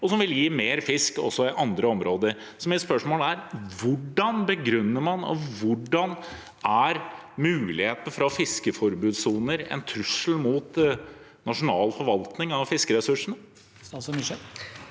noe som vil gi mer fisk også i andre områder. Mitt spørsmål er: Hvordan begrunner man det – hvordan er mulighetene for å ha fiskeforbudssoner en trussel mot nasjonal forvaltning av fiskeressursene?